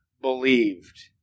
believed